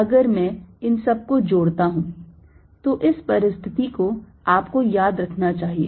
अगर मैं इन सब को जोड़ता हूं तो इस परिस्थिति को आपको याद रखना चाहिए